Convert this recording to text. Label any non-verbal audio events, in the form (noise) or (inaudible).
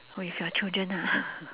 with your children ah (laughs)